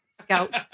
scout